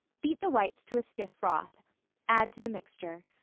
beat the whites to a stiff froth add to the mixture.